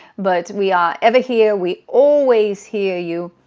but we are ever here. we always hear you,